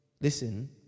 Listen